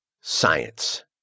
science